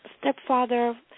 stepfather